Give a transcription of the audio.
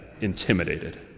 intimidated